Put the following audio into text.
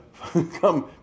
come